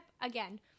again